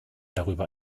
darüber